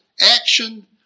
action